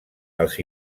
els